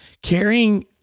Carrying